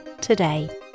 today